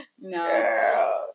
no